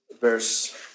verse